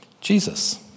Jesus